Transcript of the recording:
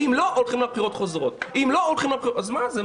מה זה?